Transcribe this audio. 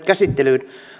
käsittelyyn